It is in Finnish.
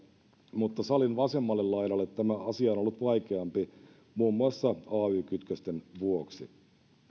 mutta salin vasemmalle laidalle tämä asia on ollut vaikeampi muun muassa ay kytkösten vuoksi